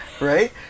right